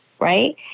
right